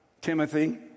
Timothy